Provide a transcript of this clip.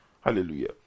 Hallelujah